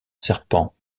serpent